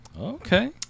Okay